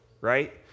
right